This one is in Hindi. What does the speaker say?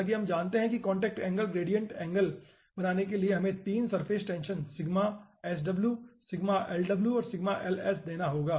जैसा कि हम जानते हैं कि contact angle gradient contact angle बनाने के लिए हमें 3 surface tension sigma sw sigma lw और सिग्मा ls देना होगा